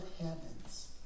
heaven's